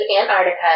Antarctica